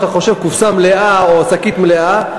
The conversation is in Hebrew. שאתה חושב שזו קופסה מלאה או שקית מלאה.